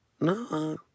No